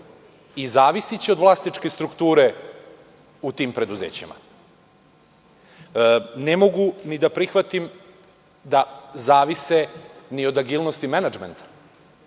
i zavisiće od vlasničke strukture u tim preduzećima. Ne mogu da prihvatim da zavise ni od agilnosti menadžmenta.